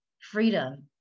freedom